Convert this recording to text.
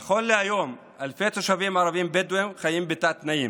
נכון להיום אלפי תושבים ערבים בדואים חיים בתת-תנאים.